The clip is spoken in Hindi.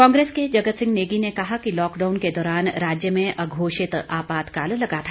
कांग्रेस के जगत सिंह नेगी ने कहा कि लाकडाउन के दौरान राज्य में अघोषित आपातकाल लगा था